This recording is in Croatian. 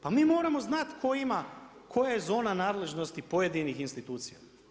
Pa mi moramo znati tko ima, koja je zona nadležnosti pojedinih institucija.